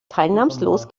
teilnahmslos